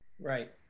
Right